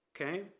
okay